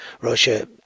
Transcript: Russia